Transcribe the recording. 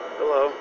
Hello